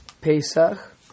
Pesach